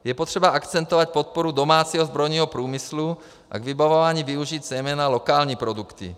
Je potřeba akcentovat podporu domácího zbrojního průmyslu a k vybavování využít zejména lokální produkty.